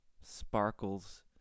sparkles